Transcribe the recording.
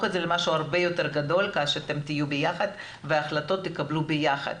את זה למשהו הרבה יותר גדול כך שתהיו ביחד והחלטות תקבלו ביחד.